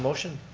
motion?